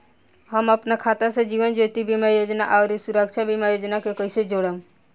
हम अपना खाता से जीवन ज्योति बीमा योजना आउर सुरक्षा बीमा योजना के कैसे जोड़म?